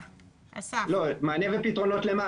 מענה ופתרונות מה?